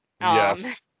Yes